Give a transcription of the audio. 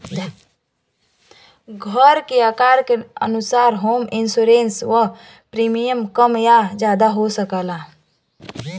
घर के आकार के अनुसार होम इंश्योरेंस क प्रीमियम कम या जादा हो सकला